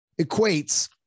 equates